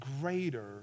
greater